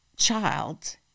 Child